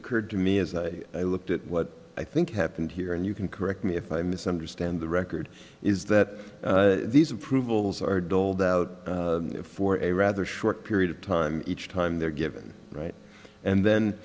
occurred to me as i looked at what i think happened here and you can correct me if i misunderstand the record is that these approvals are doled out for a rather short period of time each time they're given right and then